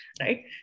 right